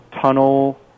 tunnel